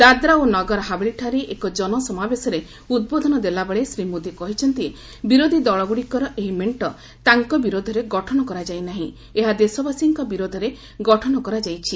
ଦାଦ୍ରା ଓ ନଗର ହାବେଳୀଠାରେ ଏକ ଜନସମାବେଶରେ ଉଦ୍ବୋଧନ ଦେଲାବେଳେ ଶ୍ରୀ ମୋଦି କହିଛନ୍ତି ବିରୋଧୀ ଦଳଗ୍ରଡ଼ିକର ଏହି ମେଣ୍ଟ ତାଙ୍କ ବିରୋଧରେ ଗଠନ କରାଯାଇ ନାହିଁ ଏହା ଦେଶବାସୀଙ୍କ ବିରୋଧରେ ଗଠନ କରାଯାଇଛି